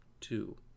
Two